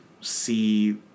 see